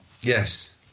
Yes